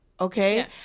Okay